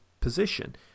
position